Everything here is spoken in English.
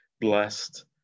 blessed